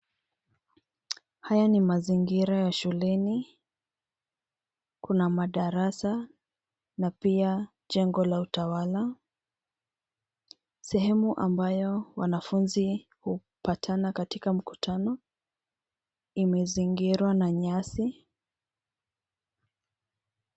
Haya ni mazingira ya shuleni, Kuna madarasa, na pia jengo la utawala, sehemu ambayo wanafunzi hupatana katika mkutano, imezingirwa na nyasi.